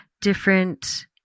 different